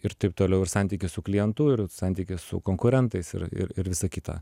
ir taip toliau ir santykis su klientu ir santykis su konkurentais ir ir ir visa kita